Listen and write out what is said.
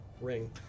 ring